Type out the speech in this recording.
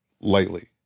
lightly